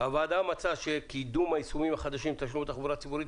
הוועדה מצאה שקידום היישומים החדשים לתשלום בתחבורה הציבורית